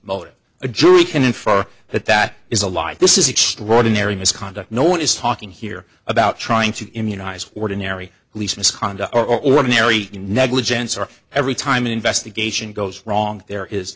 motive a jury can infer that that is a lie this is extraordinary misconduct no one is talking here about trying to immunize ordinary police misconduct or ordinary negligence or every time an investigation goes wrong there is